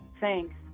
thanks